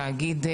תאגיד,